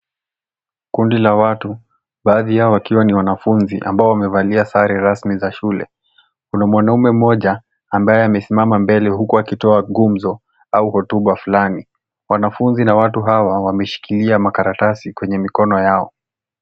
Kundi la watu baadhi yao wakiwa ni wanafunzi ambao wamevalia sare rasmi za shule. Kuna mwanaume mmoja ambaye amesimama mbele huku akitoa gumzo au hotuba fulani. Wanafunzi na watu hawa wameshikilia makaratasi kwenye mikono yao.